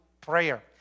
prayer